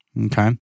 Okay